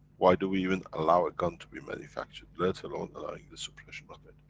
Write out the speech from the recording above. why do we even allow a gun to be manufactured? let alone allowing the suppression of it,